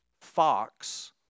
Fox